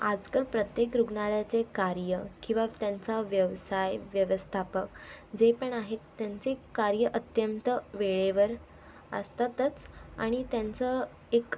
आजकाल प्रत्येक रुग्णालयाचे कार्य किंवा त्यांचा व्यवसाय व्यवस्थापक जे पण आहेत त्यांचे कार्य अत्यंत वेळेवर असतातच आणि त्यांचं एक